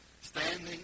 standing